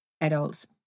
adults